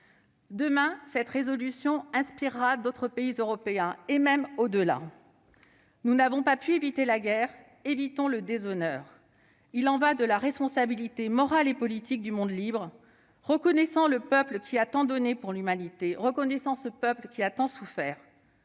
Demain, cette résolution inspirera d'autres pays européens, et même au-delà. Nous n'avons pas pu éviter la guerre ; évitons le déshonneur. Il y va de la responsabilité morale et politique du monde libre : reconnaissons ce peuple qui a tant donné pour l'humanité ! Reconnaissons ce peuple qui a tant souffert